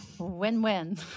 Win-win